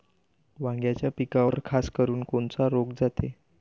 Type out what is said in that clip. वांग्याच्या पिकावर खासकरुन कोनचा रोग जाते?